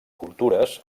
cultures